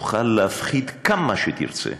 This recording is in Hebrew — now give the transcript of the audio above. תוכל להפחיד כמה שתרצה,